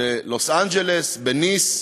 בלוס-אנג'לס, בניס,